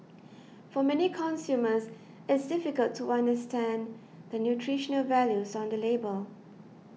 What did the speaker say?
for many consumers it's difficult to understand the nutritional values on the label